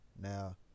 Now